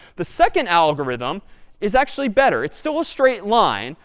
the second algorithm is actually better. it's still a straight line.